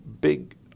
big